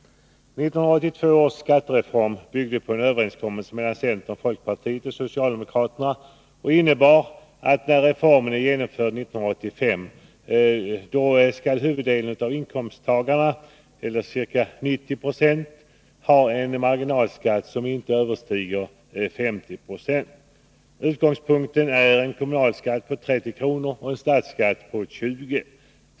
1982 års skattereform byggde på en överenskommelse mellan centern, folkpartiet och socialdemokraterna och innebar att när reformen är genomförd 1985 skall huvuddelen av inkomsttagarna eller ca 90 960 ha en marginalskatt som inte överstiger 50 76. Utgångspunkten är en kommunalskatt på 30 kronor och en statsskatt på 20.